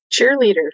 cheerleader